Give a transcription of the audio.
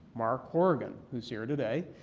mark hourigan, who is here today,